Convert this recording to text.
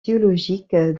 théologiques